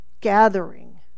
gathering